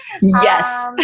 Yes